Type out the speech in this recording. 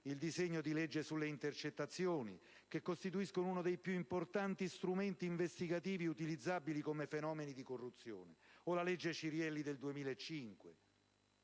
il disegno di legge sulle intercettazioni (che costituiscono uno dei più importanti strumenti investigativi utilizzabili contro i fenomeni di corruzione) o la cosiddetta legge Cirielli del 2005.